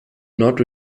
not